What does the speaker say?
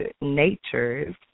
Natures